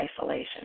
isolation